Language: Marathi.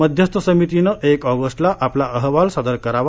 मध्यस्थ समितीनं एक ऑगस्टला आपला अहवाल सादर करावा